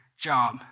job